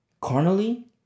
Carnally